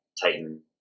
Titan